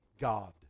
God